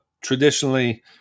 traditionally